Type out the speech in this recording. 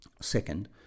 Second